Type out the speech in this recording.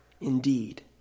indeed